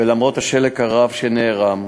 ולמרות השלג הרב שנערם,